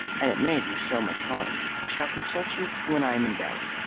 and it may do so much harm. i shall consult you when i am in doubt.